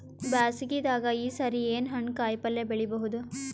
ಬ್ಯಾಸಗಿ ದಾಗ ಈ ಸರಿ ಏನ್ ಹಣ್ಣು, ಕಾಯಿ ಪಲ್ಯ ಬೆಳಿ ಬಹುದ?